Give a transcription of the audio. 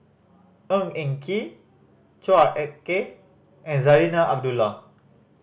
Ng Eng Kee Chua Ek Kay and Zarinah Abdullah